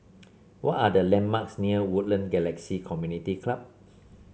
what are the landmarks near Woodlands Galaxy Community Club